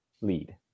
lead